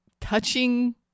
touching